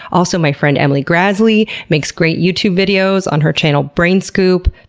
also, my friend emily graslie makes great youtube videos on her channel, brain scoop.